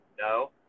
No